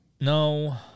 No